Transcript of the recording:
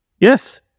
Yes